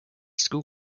school